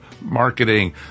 Marketing